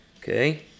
Okay